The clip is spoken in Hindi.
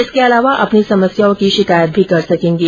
इसके अलावा अपनी समस्याओं की शिकायत भी कर सकेंगे